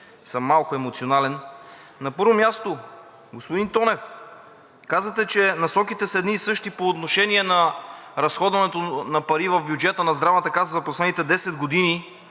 съм малко емоционален. На първо място, господин Тонев, казвате, че насоките са едни и същи по отношение на разходването на пари в бюджета на Здравната каса за последните 10 години